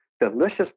delicious